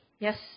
Yes